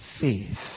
faith